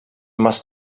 must